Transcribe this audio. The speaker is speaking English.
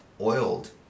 oiled